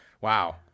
wow